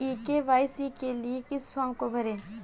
ई KYC के लिए किस फ्रॉम को भरें?